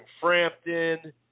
Frampton